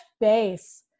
base